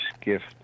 gift